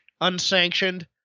unsanctioned